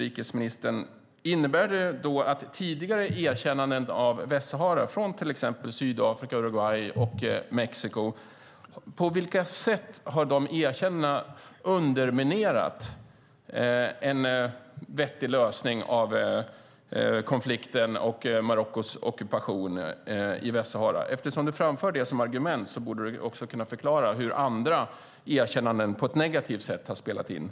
Innebär det att tidigare erkännanden av Västsahara från till exempel Sydafrika, Uruguay och Mexiko har underminerat en vettig lösning av konflikten och Marockos ockupation i Västsahara? Eftersom du framför det som argument borde du också kunna förklara hur andra erkännanden på ett negativt sätt har spelat in.